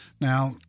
Now